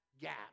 gap